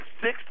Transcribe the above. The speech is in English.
six